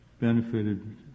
benefited